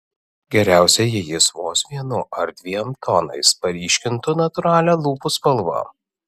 geriausia jei jis vos vienu ar dviem tonais paryškintų natūralią lūpų spalvą